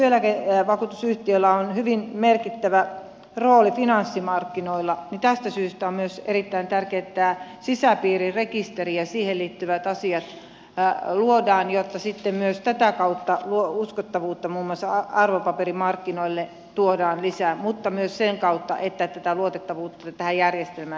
kun työeläkevakuutusyhtiöillä on hyvin merkittävä rooli finanssimarkkinoilla tästä syystä on myös erittäin tärkeätä että tämä sisäpiirirekisteri ja siihen liittyvät asiat luodaan jotta sitten myös tätä kautta uskottavuutta muun muassa arvopaperimarkkinoille tuodaan lisää mutta myös sen kautta että tätä luotettavuutta tähän järjestelmään lisätään